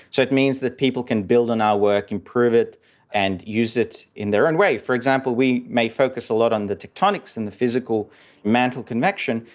so it means that people can build on our work, improve it and use it in their own way. for example, we may focus a lot on the tectonics and the physical mantle convection,